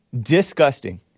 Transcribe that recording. Disgusting